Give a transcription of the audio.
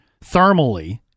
thermally